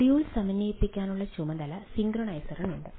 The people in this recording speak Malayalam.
മൊഡ്യൂൾ സമന്വയിപ്പിക്കാനുള്ള ചുമതല സിൻക്രൊണൈസറിനുണ്ട്